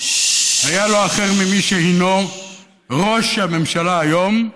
היה לא אחר ממי שהוא ראש הממשלה היום,